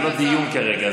זה לא דיון כרגע.